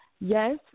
Yes